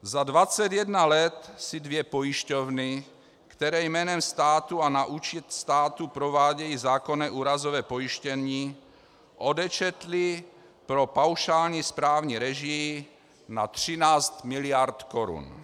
Za 21 let si dvě pojišťovny, které jménem státu a na účet státu provádějí zákonné úrazové pojištění, odečetly pro paušální správní režii na 13 mld. korun.